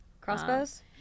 crossbows